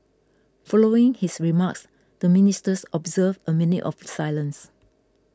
following his remarks the Ministers observed a minute of silence